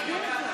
תסביר את זה.